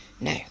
No